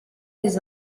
des